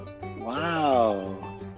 Wow